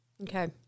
Okay